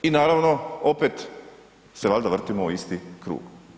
I naravno opet se valjda vrtimo u isti krug.